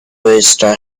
vesta